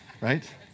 right